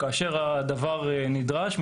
כאשר הדבר נדרש,